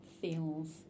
feels